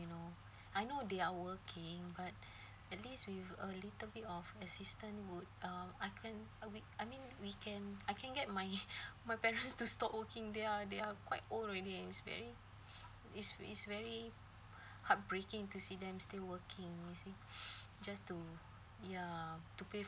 you know I know they are working but at least with a little bit of assistance would um I can uh we I mean we can I can get my my parents to stop working they are they are quite old already it's very it's it's very heartbreaking to see them still working you see just to ya to pay